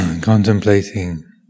contemplating